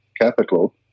capital